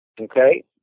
Okay